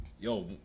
yo